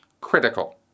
critical